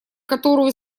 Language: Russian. которую